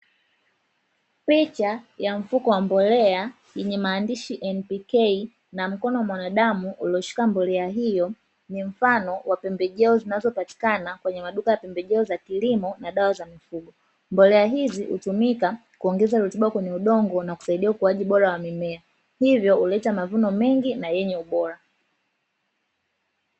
Picha ya mfuko wa mbolea yenye maandishi "NPK" na mkono wa mwanadamu ulioshika mbolea hiyo, ni mfano wa pembejeo zinazo patikana kwenye maduka ya pembejeo za kilimo na dawa za mifugo. Mbolea hizi hutumika kuongeza rutuba kwenye udongo na kusaidia ukuaji bora wa mimea hivyo huleta mavuno mengi na yenye ubora.